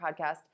podcast